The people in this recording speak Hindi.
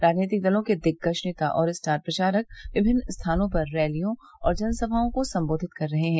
राजनीतिक दलों के दिग्गज नेता और स्टार प्रचारक विभिन्न स्थानों पर रैलियां और जनसभाओं को संबोधित कर रहे हैं